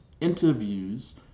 interviews